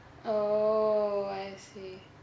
oh I see